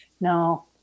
No